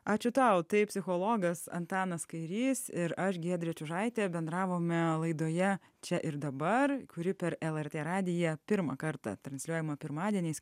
ačiū tau tai psichologas antanas kairys ir aš giedrė čiužaitė bendravome laidoje čia ir dabar kuri per lrt radiją pirmą kartą transliuojama pirmadieniais